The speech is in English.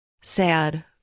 Sad